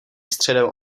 středem